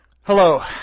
Hello